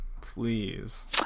Please